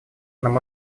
нам